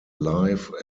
live